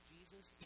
Jesus